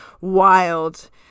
wild